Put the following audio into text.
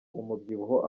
umubyibuho